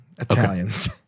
Italians